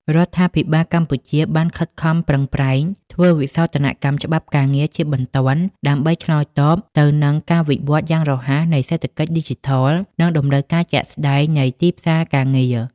រដ្ឋាភិបាលកម្ពុជាបានខិតខំប្រឹងប្រែងធ្វើវិសោធនកម្មច្បាប់ការងារជាបន្តបន្ទាប់ ដើម្បីឆ្លើយតបទៅនឹងការវិវត្តយ៉ាងរហ័សនៃសេដ្ឋកិច្ចឌីជីថល និងតម្រូវការជាក់ស្តែងនៃទីផ្សារការងារ។